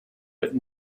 but